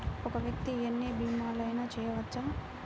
ఒక్క వ్యక్తి ఎన్ని భీమలయినా చేయవచ్చా?